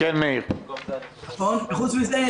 חוץ מזה,